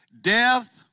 Death